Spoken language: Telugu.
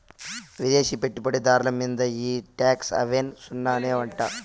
విదేశీ పెట్టుబడి దార్ల మీంద ఈ టాక్స్ హావెన్ సున్ననే అంట